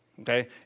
okay